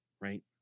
right